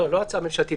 לא, לא ההצעה הממשלתית.